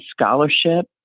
scholarship